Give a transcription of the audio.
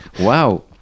wow